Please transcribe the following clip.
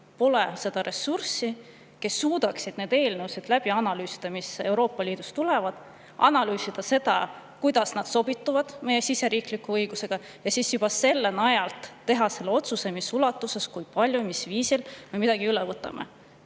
pole [piisavalt inimesi], kes suudaksid need eelnõud läbi analüüsida, mis Euroopa Liidust tulevad, analüüsida seda, kuidas nad sobituvad meie siseriikliku õigusega, et siis selle najal teha otsus, mis ulatuses, kui palju ja mil viisil me midagi üle võtame.